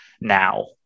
now